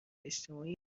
اجتماعی